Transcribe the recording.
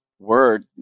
Word